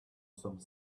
some